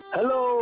Hello